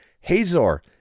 Hazor